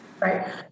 Right